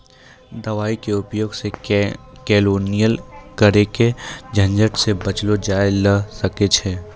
दवाई के उपयोग सॅ केलौनी करे के झंझट सॅ बचलो जाय ल सकै छै